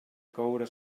coure